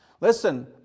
Listen